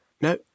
No